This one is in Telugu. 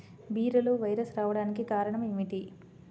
బీరలో వైరస్ రావడానికి కారణం ఏమిటి?